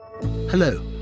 Hello